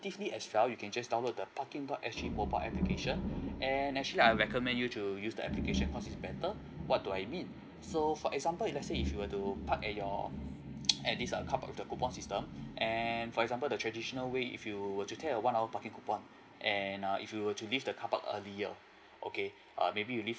as well you can just download the parking dot S_G mobile application and actually I recommend you to use the application cause it's better what do I mean so for example if let say if you were to park at your at this err car park with the coupon system and for example the traditional way if you were to tear one of parking coupon and err if you were to leave the carpark earlier okay err maybe you leave